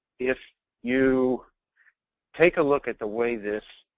if you take a look at the way this